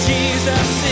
Jesus